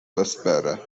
vespere